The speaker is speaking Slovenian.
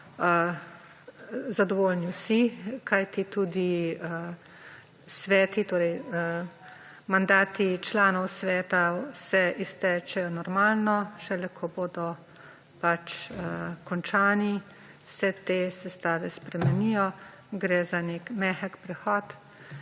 zadovoljni vsi, kajti tudi sveti, torej mandati članov sveta se iztečejo normalno. Šele, ko bodo pač končani, se te sestave spremenijo. Gre za nek mehek prehod.